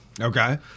Okay